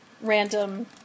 random